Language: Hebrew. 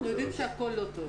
אנחנו יודעים שהכול לא טוב.